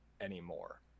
anymore